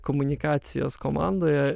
komunikacijos komandoje